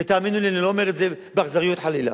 ותאמינו לי, אני לא אומר את זה באכזריות, חלילה.